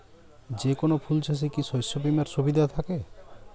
যেকোন ফুল চাষে কি শস্য বিমার সুবিধা থাকে?